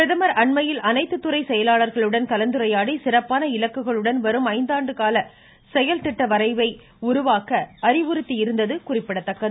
பிரதமர் அண்மையில் அனைத்து துறை செயலர்களுடன் கலந்துரையாடி சிறப்பான இலக்குகளுடன் வரும் ஐந்தாண்டு கால செயல் திட்ட வரைவை உருவாக்க அறிவுறுத்தியிருந்தது குறிப்பிடத்தக்கது